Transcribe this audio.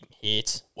hit